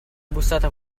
bussato